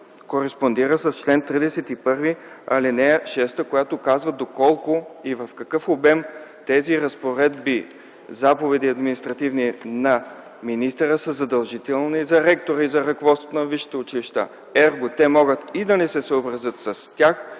кореспондира с чл. 31, ал. 6, която казва доколко и в какъв обем тези разпоредби, административни заповеди на министъра са задължителни за ректора и за ръководствата на висшите училища. Ерго, те могат и да не се съобразят с тях